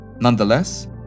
Nonetheless